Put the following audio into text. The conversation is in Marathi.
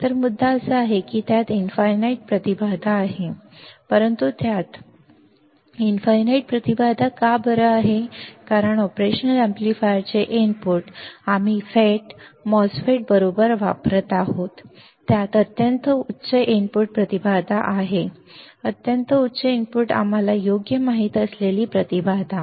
आता मुद्दा असा आहे की त्यात अनंत इनपुट प्रतिबाधा आहे परंतु त्यात अनंत इनपुट प्रतिबाधा का आहे कारण ऑपरेशनल एम्पलीफायरचे इनपुट आम्ही FETs MOSFETs बरोबर वापरत आहोत त्यात अत्यंत उच्च इनपुट प्रतिबाधा आहे अत्यंत उच्च इनपुट आम्हाला योग्य माहित असलेली प्रतिबाधा